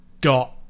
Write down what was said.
got